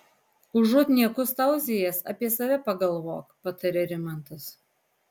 užuot niekus tauzijęs apie save pagalvok patarė rimantas